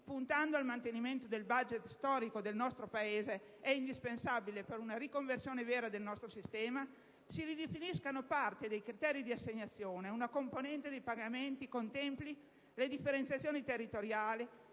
puntando al mantenimento del *budget* storico del nostro Paese, è indispensabile, per una riconversione vera del nostro sistema, che si ridefiniscano parte dei criteri di assegnazione; che una componente dei pagamenti contempli le differenziazioni territoriali